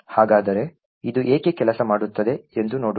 ಹಾಗಾದರೆ ಇದು ಏಕೆ ಕೆಲಸ ಮಾಡುತ್ತದೆ ಎಂದು ನೋಡೋಣ